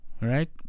right